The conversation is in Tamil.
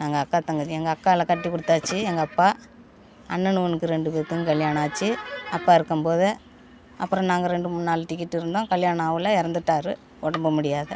நாங்கள் அக்கா தங்கச்சி எங்கள் அக்காளை கட்டி கொடுத்தாச்சி எங்கள் அப்பா அண்ணனுகளுக்கு ரெண்டு பேத்துக்கும் கல்யாணம் ஆச்சு அப்பா இருக்கும்போதே அப்புறம் நாங்கள் ரெண்டு மூணு நாலு டிக்கெட்டு இருந்தோம் கல்யாணம் ஆகல இறந்துட்டாரு உடம்பு முடியாத